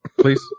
please